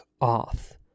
off